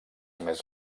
més